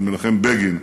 של מנחם בגין,